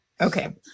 Okay